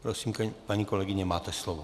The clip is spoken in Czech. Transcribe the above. Prosím, paní kolegyně, máte slovo.